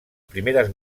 primeres